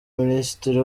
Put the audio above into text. minisitiri